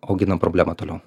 auginam problemą toliau